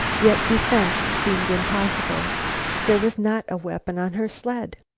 yet defense seemed impossible there was not a weapon on her sled.